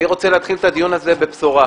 אני רוצה להתחיל את הדיון הזה בבשורה.